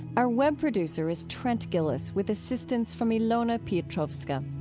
our web producer is trent gilliss with assistance from ilona piotrowska.